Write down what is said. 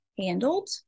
handled